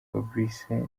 fabrice